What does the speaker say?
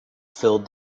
filled